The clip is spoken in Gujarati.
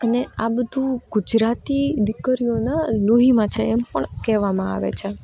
અને આ બધું ગુજરાતી દીકરીઓના લોહીમાં છે એમ પણ કહેવામાં આવે છે